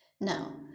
Now